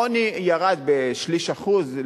העוני ירד בשליש אחוז.